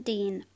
Dean